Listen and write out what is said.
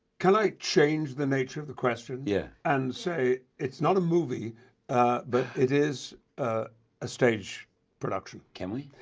can i change the nature of the question yeah and say it's not a movie but it is ah a stage production can we?